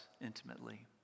intimately